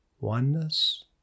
oneness